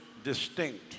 distinct